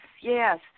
yes